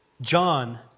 John